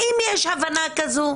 האם יש הבנה כזו?